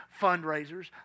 fundraisers